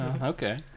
Okay